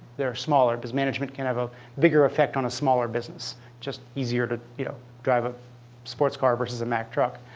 that are smaller because management can have a bigger effect on a smaller business. it's just easier to you know drive a sports car versus a mack truck.